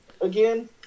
again